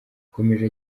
yakomeje